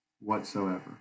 whatsoever